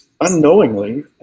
unknowingly